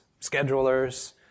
schedulers